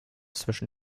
zwischen